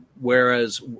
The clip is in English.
whereas